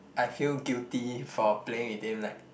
I feel guilty for playing with them like